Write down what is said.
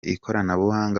ikoranabuhanga